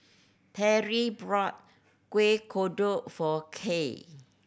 Terri bought Kueh Kodok for Kaye